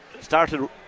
started